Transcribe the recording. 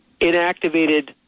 inactivated